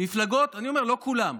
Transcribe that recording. אני אומר שלא כולם,